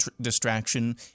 distraction